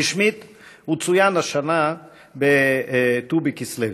רשמית הוא צוין השנה בט"ו בכסלו.